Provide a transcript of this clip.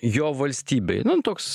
jo valstybei toks